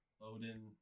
Odin